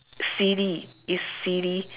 silly it's silly